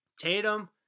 Tatum